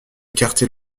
quartier